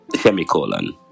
Semicolon